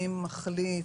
מי מחליט,